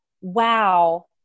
wow